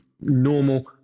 normal